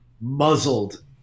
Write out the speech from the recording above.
muzzled